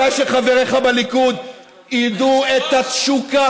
כדאי שחבריך בליכוד ידעו את התשוקה